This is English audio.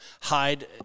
hide